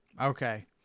Okay